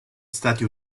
stati